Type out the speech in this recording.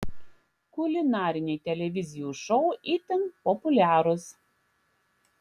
kulinariniai televizijų šou itin populiarūs